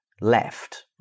left